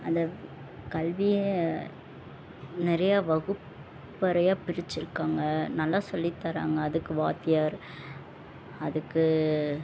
அந்த கல்வியை நிறைய வகுப்பறையாக பிரிச்சுருக்காங்க நல்லா சொல்லித் தராங்க அதுக்கு வாத்தியார் அதுக்கு